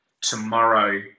tomorrow